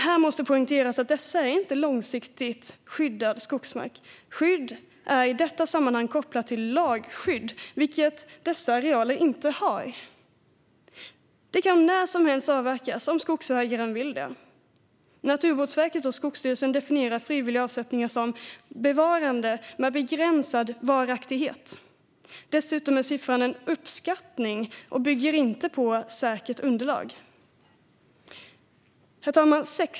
Här måste poängteras att dessa inte är långsiktigt skyddad skogsmark. Skydd är i detta sammanhang kopplat till lagskydd, vilket dessa arealer inte har. De kan när som helst avverkas om skogsägaren vill det. Naturvårdsverket och Skogsstyrelsen definierar frivilliga avsättningar som bevarande med begränsad varaktighet. Dessutom är siffran en uppskattning och bygger inte på säkert underlag. Herr talman!